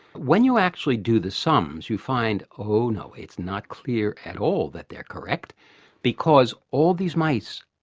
when you actually do the sums you find, oh no, it's not clear at all that they are correct because all these mice,